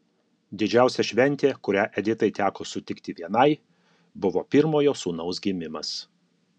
didžiausia šventė kurią editai teko sutikti vienai buvo pirmojo sūnaus gimimas